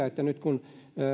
että kun nyt